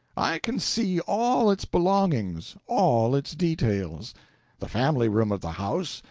i can see all its belongings, all its details the family-room of the house,